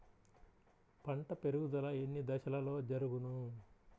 పంట పెరుగుదల ఎన్ని దశలలో జరుగును?